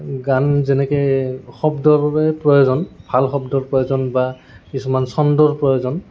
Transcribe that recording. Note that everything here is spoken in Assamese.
গান যেনেকে শব্দৰে প্ৰয়োজন ভাল শব্দৰ প্ৰয়োজন বা কিছুমান চন্দৰ প্ৰয়োজন